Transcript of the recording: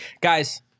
Guys